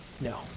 No